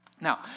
Now